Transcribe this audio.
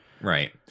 Right